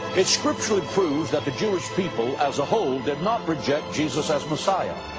it scripturally proves that the jewish people as a whole did not reject jesus as messiah.